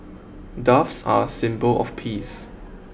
doves are a symbol of peace